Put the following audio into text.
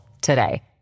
today